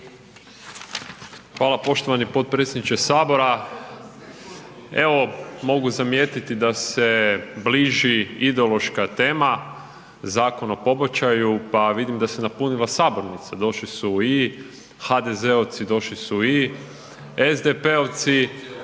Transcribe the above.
Hvala poštovani potpredsjedniče HS. Evo, mogu zamijetiti da se bliži ideološka tema, Zakon o pobačaju, pa vidim da se napunila sabornica, došli su i HDZ-ovci, došli su i SDP-ovci,